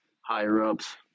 higher-ups